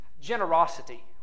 Generosity